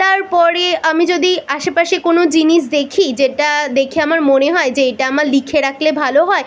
তারপরে আমি যদি আশেপাশে কোনো জিনিস দেখি যেটা দেখে আমার মনে হয় যে এটা আমার লিখে রাখলে ভালো হয়